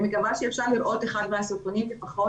אני מקווה שאפשר לראות אחד מהסרטונים לפחות.